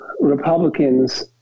Republicans